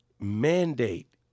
mandate